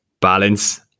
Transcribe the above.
balance